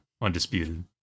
Undisputed